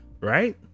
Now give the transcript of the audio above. right